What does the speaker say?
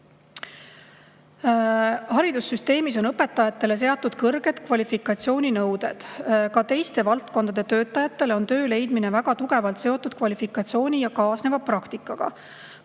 "Haridussüsteemis on õpetajatele seatud kõrged kvalifikatsiooninõuded. Ka teiste valdkondade töötajatele on töö leidmine väga tugevalt seotud kvalifikatsiooni ja kaasneva praktikaga.